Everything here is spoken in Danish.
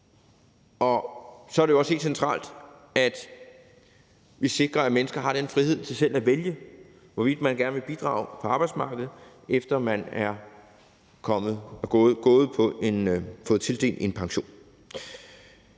Så er det jo også helt centralt, at vi sikrer, at mennesker har frihed til selv at vælge, hvorvidt man gerne vil bidrage på arbejdsmarkedet, efter at man har fået tildelt en pension.